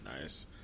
Nice